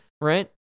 right